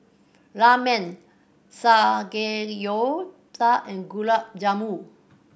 Ramen Samgeyopsal and Gulab Jamun